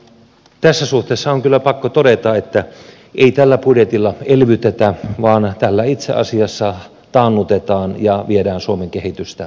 tässä suhteessa on kyllä pakko todeta että ei tällä budjetilla elvytetä vaan tällä itse asiassa taannutetaan ja viedään suomen kehitystä alaspäin